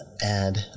add